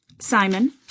Simon